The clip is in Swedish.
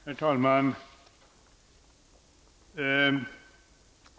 Herr talman!